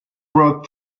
wrote